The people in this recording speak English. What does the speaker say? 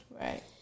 Right